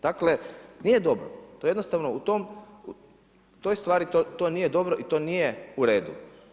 Dakle nije dobro, to jednostavno u tom, u toj stvari to nije dobro i to nije u redu.